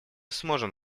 сможем